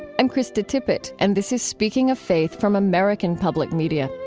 i'm krista tippett and this is speaking of faith from american public media.